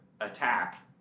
attack